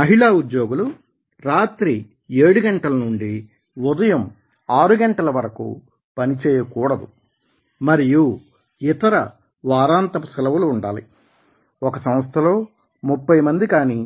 మహిళా ఉద్యోగులు రాత్రి 7 గంటల నుండి ఉదయం 6 గంటల వరకు పని చేయ కూడదు మరియు వారాంతపు సెలవులు ఉండాలి ఒక సంస్థలో 30 మంది కానీ